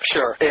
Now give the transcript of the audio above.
Sure